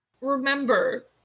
remember